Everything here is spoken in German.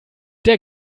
der